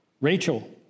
Rachel